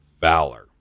valor